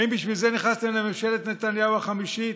האם בשביל זה נכנסתם לממשלת נתניהו החמישית?